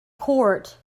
court